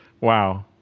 Wow